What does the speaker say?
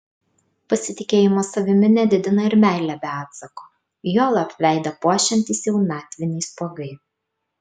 pasitikėjimo savimi nedidina ir meilė be atsako juolab veidą puošiantys jaunatviniai spuogai